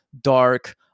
dark